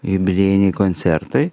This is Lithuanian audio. jubiliejiniai koncertai